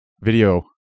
Video